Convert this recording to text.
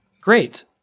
great